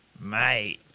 Mate